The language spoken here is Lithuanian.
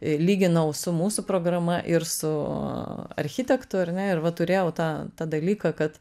lyginau su mūsų programa ir su architektų ar ne ir va turėjau tą dalyką kad